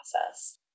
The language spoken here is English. process